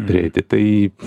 prieiti tai